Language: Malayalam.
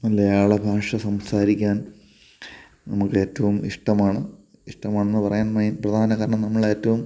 മലയാളഭാഷ സംസാരിക്കാൻ നമുക്കേറ്റവും ഇഷ്ടമാണ് ഇഷ്ടമാണെന്ന് പറയാൻ മെയ്ൻ പ്രധാനമായും നമ്മളേറ്റവും